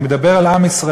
אני מדבר אל עם ישראל.